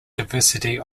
diversity